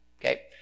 okay